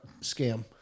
scam